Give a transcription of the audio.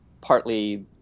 partly